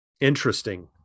interesting